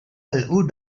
who